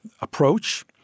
approach